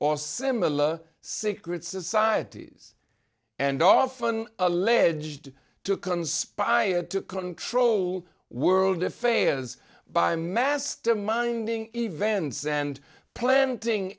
or similar secret societies and often alleged to conspire to control world affairs by masterminding events and planting